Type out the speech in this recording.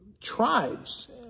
tribes